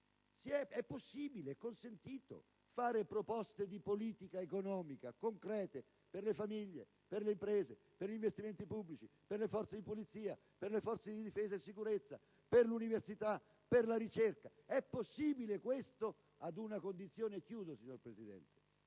è se sia consentito fare proposte di politica economica concrete per le famiglie, per le imprese, per gli investimenti pubblici, per le forze di polizia, per le forze di difesa e sicurezza, per l'università, per la ricerca: questo è possibile, a condizione che ciascuna di queste